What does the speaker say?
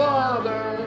Father